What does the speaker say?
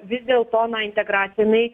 vis dėlto na integracija jinai